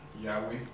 Yahweh